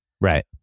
right